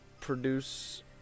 produce